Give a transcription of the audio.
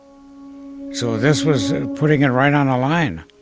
so this was putting it right on a line.